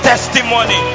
testimony